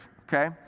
Okay